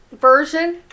version